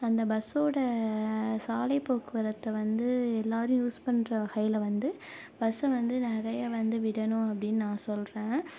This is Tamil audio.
அந்த பஸ்ஸோடய சாலை போக்குவரத்தை வந்து எல்லாரும் யூஸ் பண்ணுற வகையில் வந்து பஸ்ஸை வந்து நிறையா வந்து விடணும் அப்படினு நான் சொல்கிறேன்